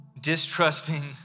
distrusting